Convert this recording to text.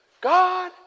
God